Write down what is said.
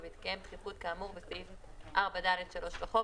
ובהתקיים דחיפות כאמור בסעיף 4(ד)(3) לחוק,